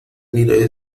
mira